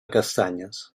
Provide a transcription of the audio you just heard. castanyes